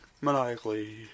maniacally